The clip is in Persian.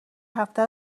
هفته